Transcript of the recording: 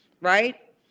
Right